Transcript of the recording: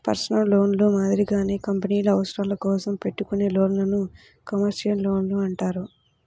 personal లోన్లు మాదిరిగానే కంపెనీల అవసరాల కోసం పెట్టుకునే లోన్లను కమర్షియల్ లోన్లు అంటారు